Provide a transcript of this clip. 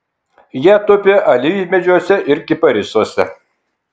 jie tupi alyvmedžiuose ir kiparisuose